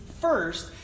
first